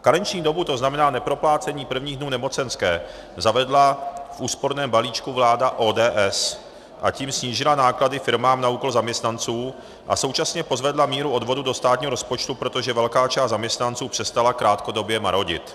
Karenční dobu, tzn. neproplácení prvního dnů nemocenské, zavedla v úsporném balíčku vláda ODS, a tím snížila náklady firmám na úkor zaměstnanců a současně pozvedla míru odvodu do státního rozpočtu, protože velká část zaměstnanců přestala krátkodobě marodit.